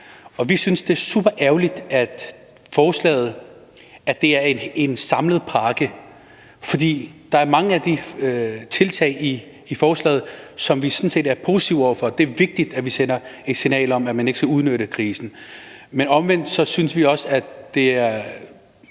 vi synes, det er superærgerligt, at forslaget er en samlet pakke, for der er mange af tiltagene i forslaget, som vi sådan set er positive over for. Det er vigtigt, at vi sender et signal om, at man ikke skal udnytte krisen. Men omvendt synes vi også, at